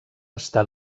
està